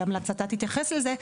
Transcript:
בהמלצתה תתייחס לזה,